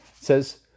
says